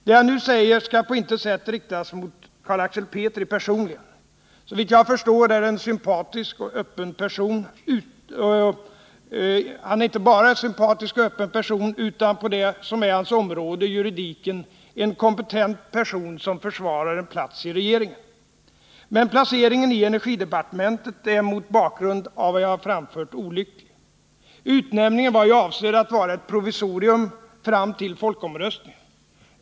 Det jag nu säger skall på intet sätt riktas mot Carl Axel Petri personligen. Såvitt jag förstår är det inte bara en sympatisk och öppen person utan på det som är hans område, juridiken, en kompetent person, som försvarar en plats iregeringen. Men placeringen i energidepartementet är mot bakgrund av vad jag har anfört olycklig. Utnämningen var ju avsedd att vara ett provisorium fram till folkomröstningen.